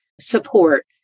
support